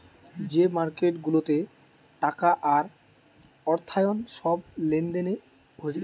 যে মার্কেট গুলাতে টাকা আর অর্থায়ন সব লেনদেন হতিছে